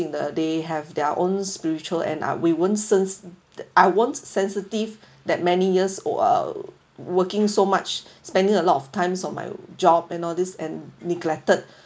they have their own spiritual and ah we won't sen~ I won't sensitive that many years uh working so much spending a lot of times on my job and all this and neglected